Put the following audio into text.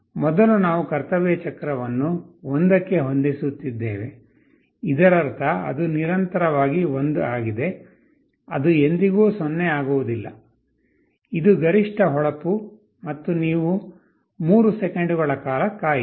ಮೊದಲು ನಾವು ಕರ್ತವ್ಯ ಚಕ್ರವನ್ನು 1 ಕ್ಕೆ ಹೊಂದಿಸುತ್ತಿದ್ದೇವೆ ಇದರರ್ಥ ಅದು ನಿರಂತರವಾಗಿ 1 ಆಗಿದೆ ಅದು ಎಂದಿಗೂ 0 ಆಗುವುದಿಲ್ಲ ಇದು ಗರಿಷ್ಠ ಹೊಳಪು ಮತ್ತು ನೀವು 3 ಸೆಕೆಂಡುಗಳ ಕಾಲ ಕಾಯಿರಿ